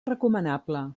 recomanable